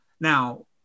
Now